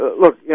look